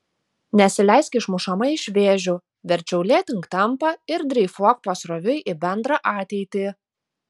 nesileisk išmušama iš vėžių verčiau lėtink tempą ir dreifuok pasroviui į bendrą ateitį